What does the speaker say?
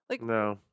No